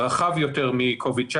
הרחבה יותר מקוביד-19.